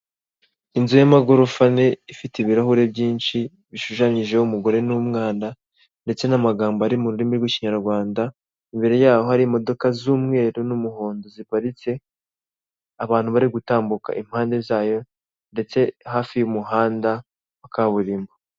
Inzu y'amagorofa ane, ifite ibirahure byinshi, bishushanyijeho umugore n'umwana ndetse n'amagambo ari mu rurimi rw'Ikinyarwanda, imbere yaho hari imodoka z'umweru n'umuhondo ziparitse, abantu bari gutambuka impande zayo ndetse hafi y'umuhanda wa kaburimbo.